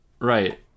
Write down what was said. Right